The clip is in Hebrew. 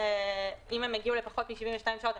ואם הם יגיעו לפחות מ-72 שעות,